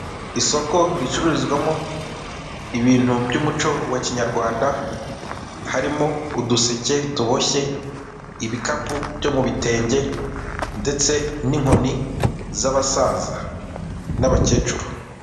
Isoko ricururizwamo ibintu byumuco wa kinyarwanda harimo uduseke tuboshye Ibikapu byo mubitenge ndetse ninkoni z'abasaza n'abakecuru.